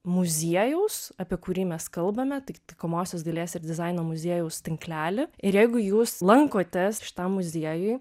muziejaus apie kurį mes kalbame tai taikomosios dailės ir dizaino muziejaus tinklelį ir jeigu jūs lankotės šitam muziejuj